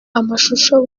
amashusho